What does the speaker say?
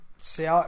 See